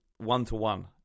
one-to-one